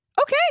Okay